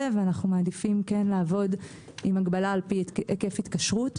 ואנו מעדיפים לעבוד עם הגבלה לפי היקף התקשרות.